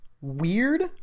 weird